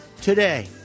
today